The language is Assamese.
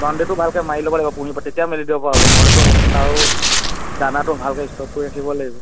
বাউণ্ডেৰিটো ভালকৈ মাৰি ল'ব লাগিব পহিলা তেতিয়া মেলি দিবপৰা হ'ব নহ'লেতো সেই তাৰো দানাটো ভালকৈ ষ্টক কৰি ৰাখিব লাগিব